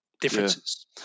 differences